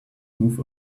move